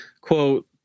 Quote